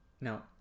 No